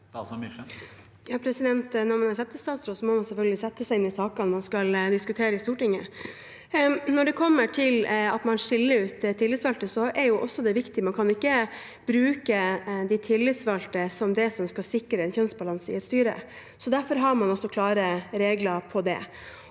Når man er settestatsråd, må man selvfølgelig sette seg inn i sakene man skal diskutere i Stortinget. Når det gjelder at man skiller ut tillitsvalgte, er det viktig. Man kan ikke bruke de tillitsvalgte til å sikre en kjønnsbalanse i et styre. Derfor har man klare regler om det.